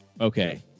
Okay